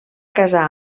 casar